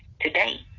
today